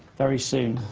very soon.